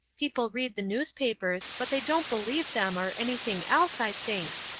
people read the newspapers, but they don't believe them, or anything else, i think.